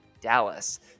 Dallas